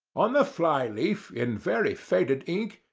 on the fly-leaf, in very faded ink,